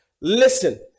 Listen